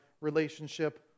relationship